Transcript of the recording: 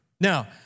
Now